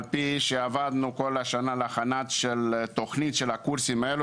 עבדנו כל השנה על הכנסת תוכנית של הקורסים האלו,